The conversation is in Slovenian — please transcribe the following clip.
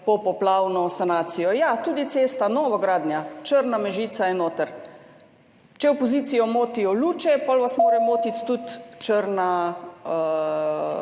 popoplavno sanacijo. Ja, tudi cesta, novogradnja, Črna–Mežica je notri. Če opozicijo motijo Luče, potem vas mora motiti tudi